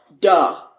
duh